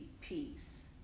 peace